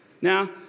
Now